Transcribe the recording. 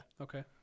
Okay